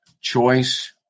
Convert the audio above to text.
choice